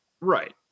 Right